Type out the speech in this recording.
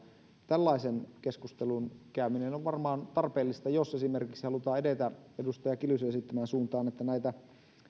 tällaisen keskustelun käyminen on varmaan tarpeellista jos esimerkiksi halutaan edetä edustaja kiljusen esittämään suuntaan että näitä